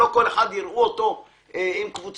לא כל אחד יראו עם קבוצה,